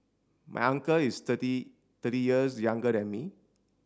my uncle is thirty thirty years younger than me